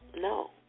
No